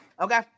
Okay